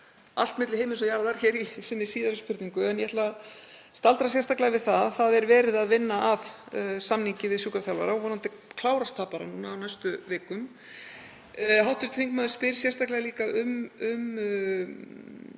allt milli himins og jarðar í sinni síðari spurningu. En ég ætla að staldra sérstaklega við það að verið er að vinna að samningi við sjúkraþjálfara og vonandi klárast það bara núna á næstu vikum. Hv. þingmaður spyr sérstaklega líka um